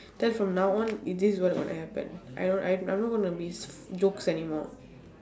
then from now on if this is what's going to happen I will I'm not going to be jokes anymore